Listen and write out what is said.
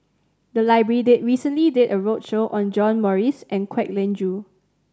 the library did recently did a roadshow on John Morrice and Kwek Leng Joo